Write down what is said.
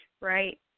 Right